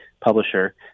publisher